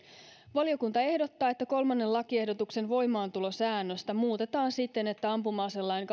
valiokunta ehdottaa että kolmannen lakiehdotuksen voimaantulosäännöstä muutetaan siten että ampuma aselain